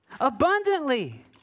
abundantly